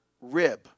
rib